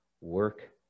work